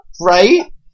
right